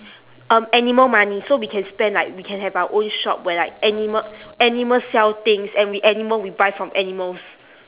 um animal money so we can spend like we can have our own shop where like anima~ animal sell things and we animal we buy from animals